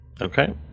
Okay